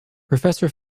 professor